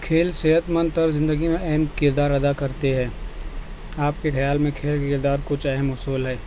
کھیل صحت مند طور زندگی میں اہم کردار ادا کرتے ہے آپ کے خیال میں کھیل کے کردار کچھ اہم اصول ہے